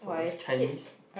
is Chinese